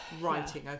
writing